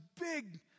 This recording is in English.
big